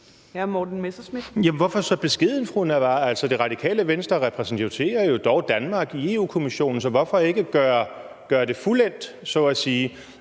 Morten Messerschmidt (DF): Jamen hvorfor så beskeden, fru Samira Nawa? Det Radikale Venstre repræsenterer jo dog Danmark i Europa-Kommissionen, så hvorfor ikke gøre det fuldendt, så at sige.